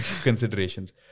considerations